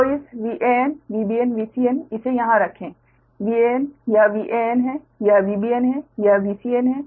तो इस VanVbnVcn इसे यहाँ रखे Van यह Van है Vbn यह Vbn है Vcn यह Vcn है